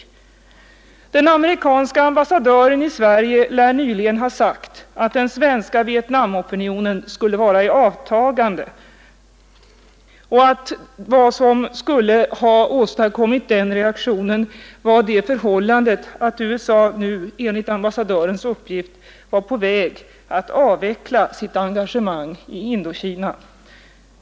Den amerikanske ambassadören i Sverige lär nyligen ha sagt att den svenska Vietnamopinionen skulle vara i avtagande och att vad som skulle ha åstadkommit den reaktionen skulle vara det förhållandet att USA nu, enligt ambassadörens åsikt, vore på väg att avveckla sitt engagemang i Indokina.